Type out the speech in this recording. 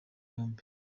yombi